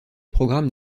programmes